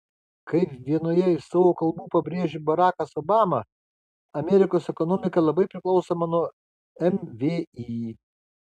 kaip vienoje iš savo kalbų pabrėžė barakas obama amerikos ekonomika labai priklausoma nuo mvį